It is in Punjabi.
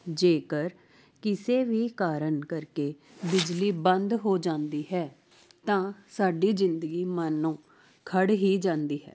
ਜੇਕਰ ਕਿਸੇ ਵੀ ਕਾਰਨ ਕਰਕੇ ਬਿਜਲੀ ਬੰਦ ਹੋ ਜਾਂਦੀ ਹੈ ਤਾਂ ਸਾਡੀ ਜ਼ਿੰਦਗੀ ਮਾਨੋ ਖੜ੍ਹ ਹੀ ਜਾਂਦੀ ਹੈ